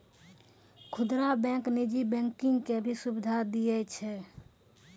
खुदरा बैंक नीजी बैंकिंग के भी सुविधा दियै छै